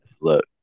Look